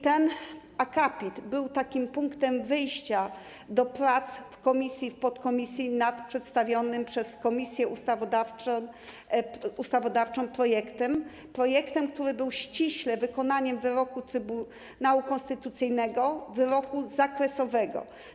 Ten akapit był takim punktem wyjścia do prac w komisji, w podkomisji nad przedstawionym przez Komisję Ustawodawczą projektem, który był ściśle wykonaniem wyroku Trybunału Konstytucyjnego, wyroku zakresowego.